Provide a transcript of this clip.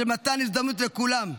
של מתן הזדמנות לכולם,